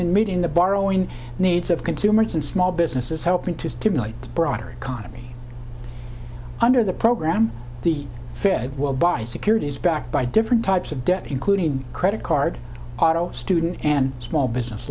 in meeting the borrowing needs of consumers and small businesses helping to stimulate broader economy under the program the fed will buy securities backed by different types of debt including credit card auto student and small business